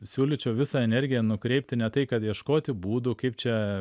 siūlyčiau visą energiją nukreipti ne tai kad ieškoti būdų kaip čia